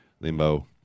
limbo